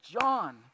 John